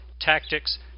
tactics